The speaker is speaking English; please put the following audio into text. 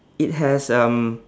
it has um